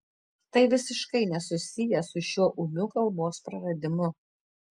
tai visiškai nesusiję su šiuo ūmiu kalbos praradimu